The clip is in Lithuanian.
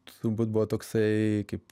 turbūt buvo toksai kaip